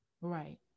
right